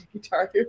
Guitar